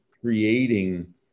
creating